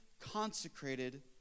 consecrated